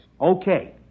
Okay